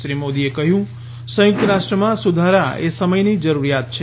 શ્રી મોદીએ કહ્યું કે સંયુક્ત રાષ્ટ્રમાં સુધારા એ સમયની જરૂરિયાત છે